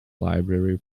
library